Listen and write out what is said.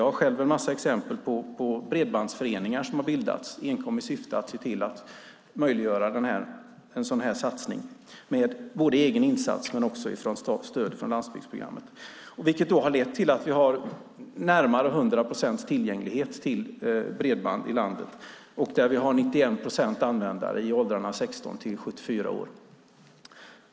Jag har själv en mängd exempel på bredbandsföreningar som har bildats enkom i syfte att möjliggöra en sådan satsning - egen insats och med stöd från Landsbygdsprogrammet. Det har lett till att det finns närmare 100 procents tillgänglighet till bredband i landet. Det finns 91 procent användare i åldrarna 16-74 år.